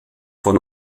von